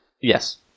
Yes